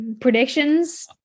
Predictions